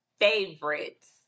Favorites